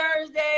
Thursday